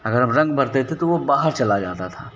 अगर हम रंग भरते थे तो वो बाहर चला जाता था